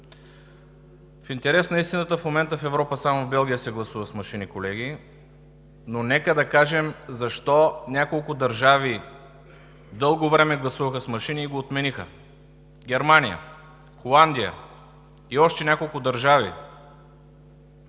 В интерес на истината, в момента в Европа само в Белгия се гласува с машини, колеги, но нека да кажем защо няколко държави дълго време гласуваха с машини и го отмениха – Германия, Холандия и още няколко държави,